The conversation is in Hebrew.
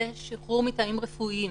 זה שחרור מטעמים רפואיים.